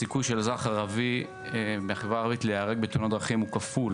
הסיכוי של אזרח בחברה הערבית להיהרג בתאונות דרכים הוא כפול